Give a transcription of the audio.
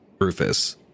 Rufus